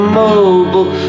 mobile